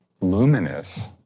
luminous